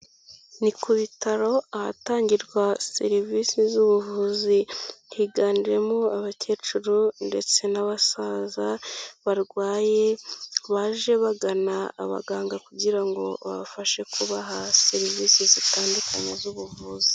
Ni ku bitaro ahatangirwa serivisi z'ubuvuzi, higanjemo abakecuru ndetse n'abasaza barwaye baje bagana abaganga kugira ngo babafashe kubaha serivisi zitandukanye z'ubuvuzi.